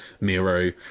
Miro